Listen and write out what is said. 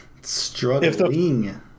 struggling